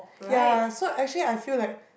ya so actually I feel like